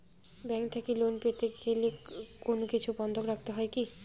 Bank থেকে loan পেতে গেলে কোনো কিছু বন্ধক রাখতে হয় কি?